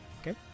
Okay